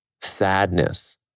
sadness